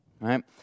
right